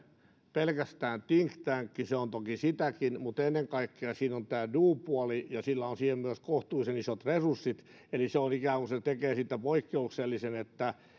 pelkästään think tank se on toki sitäkin mutta ennen kaikkea siinä on tämä do puoli ja sillä on siihen myös kohtuullisen isot resurssit eli se ikään kuin tekee siitä poikkeuksellisen että